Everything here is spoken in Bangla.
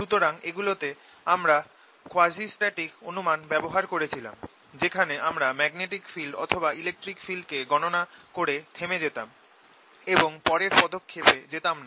সুতরাং এগুলো তে আমরা কোয়াজিস্ট্যাটিক অনুমান ব্যবহার করছিলাম যেখানে আমরা ম্যাগনেটিক ফিল্ড অথবা ইলেকট্রিক ফিল্ড কে গণনা করে থেমে যেতাম এবং পরের পদক্ষেপে যেতাম না